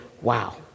wow